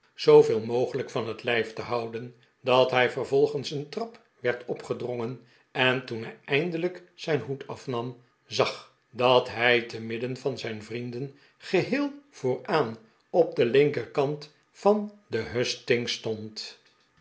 bruiveel mogelijk van het lijf te houden dat hi vervolgens een trap werd opgedrongen en toen hij eindelijk zijn hoed afnam zag dat hij te midden van zijn vrienden geheel vooraan op den linkerkant van de hustings stond